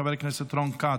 חבר הכנסת רון כץ,